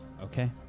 Okay